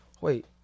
wait